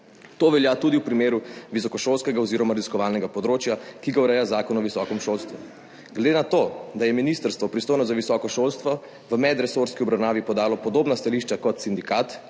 To velja tudi v primeru visokošolskega oziroma raziskovalnega področja, ki ga ureja Zakon o visokem šolstvu. Glede na to, da je ministrstvo, pristojno za visoko šolstvo, v medresorski obravnavi podalo podobna stališča kot sindikat